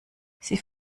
sie